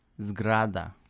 Zgrada